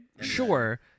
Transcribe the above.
sure